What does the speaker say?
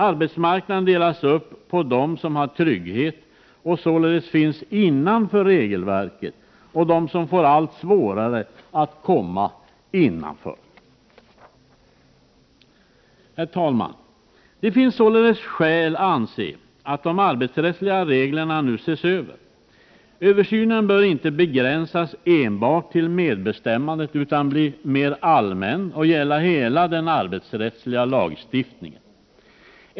Arbetsmarknaden delas upp mellan dem som finns inom regelverket och således har trygghet och dem som får allt svårare att komma innanför. Herr talman! Det finns alltså skäl att anse att de arbetsrättsliga reglerna nu bör ses över. Översynen bör inte begränsas enbart till medbestämmandet utan bli mer allmän och gälla hela den arbetsrättliga lagstiftningen.